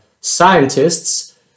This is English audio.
scientists